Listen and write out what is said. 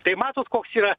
tai matot koks yra